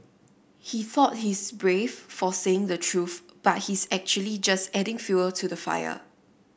he thought he's brave for saying the truth but he's actually just adding fuel to the fire